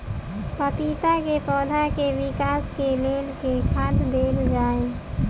पपीता केँ पौधा केँ विकास केँ लेल केँ खाद देल जाए?